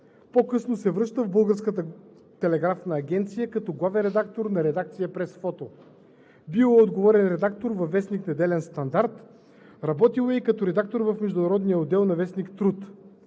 По-късно се връща в Българската телеграфна агенция като главен редактор на редакция „Пресфото“. Бил е отговорен редактор във вестник „Неделен Стандарт“, работил е и като редактор в международния отдел на вестник „Труд“.